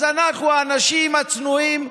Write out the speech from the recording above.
אז אנחנו, האנשים הצנועים,